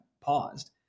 paused